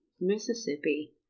Mississippi